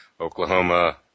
Oklahoma